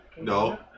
No